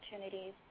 opportunities